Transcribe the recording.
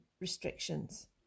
Restrictions